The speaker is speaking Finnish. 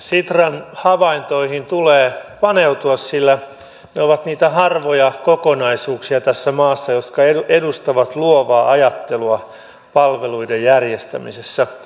sitran havaintoihin tulee paneutua sillä ne ovat niitä harvoja kokonaisuuksia tässä maassa jotka edustavat luovaa ajattelua palveluiden järjestämisessä